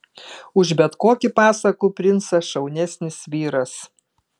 už bet kokį pasakų princą šaunesnis vyras